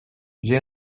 j’ai